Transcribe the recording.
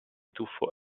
tuffo